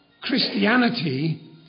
Christianity